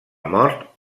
mort